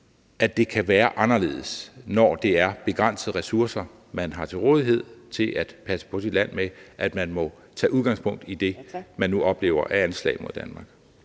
at det kan være anderledes, når det er begrænsede ressourcer, man har til rådighed til at passe på sit land med, end at man må tage udgangspunkt i det, man nu oplever er anslag mod Danmark.